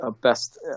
best